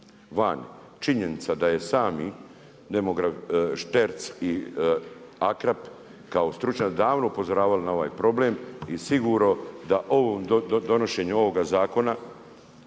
vani. Činjenica da je sami Šterc i Akrap kao stručnjaci davno upozoravali na ovaj problem i sigurno da donošenjem ovoga zakona,